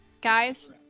Guys